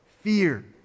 Fear